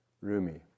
Rumi